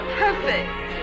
perfect